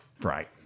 Right